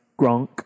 Gronk